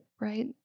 right